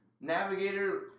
Navigator